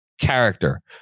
character